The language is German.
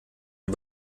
der